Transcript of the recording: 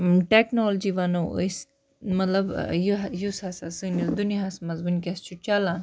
technology وَنو أسۍ مطلب یہِ یُس ہَسا سٲنِس دُنیاہَس منٛز وٕنۍکٮ۪س چھُ چَلان